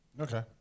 Okay